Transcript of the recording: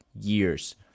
years